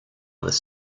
this